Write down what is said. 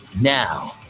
Now